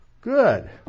Good